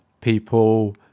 people